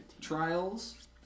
trials